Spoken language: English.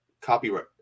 copyright